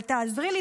אבל תעזרי לי,